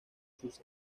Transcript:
sus